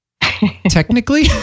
Technically